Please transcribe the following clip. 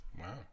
wow